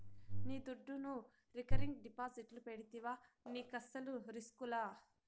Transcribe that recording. నీ దుడ్డును రికరింగ్ డిపాజిట్లు పెడితివా నీకస్సలు రిస్కులా